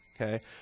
Okay